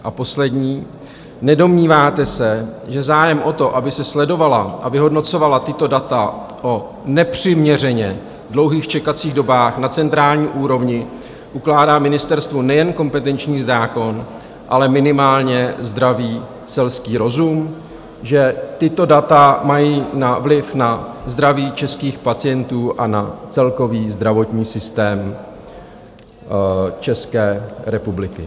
A poslední: Nedomníváte se, že zájem o to, aby se sledovala a vyhodnocovala tato data o nepřiměřeně dlouhých čekacích dobách na centrální úrovni, ukládá ministerstvu nejen kompetenční zákon, ale minimálně zdravý selský rozum, že tato data mají vliv na zdraví českých pacientů a na celkový zdravotní systém České republiky?